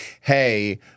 hey